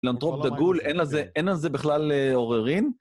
לנטרופ דגול, אין על זה, אין על זה בכלל עוררין